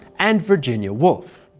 and virginia wolff.